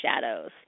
shadows